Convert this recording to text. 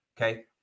Okay